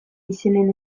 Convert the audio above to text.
izenen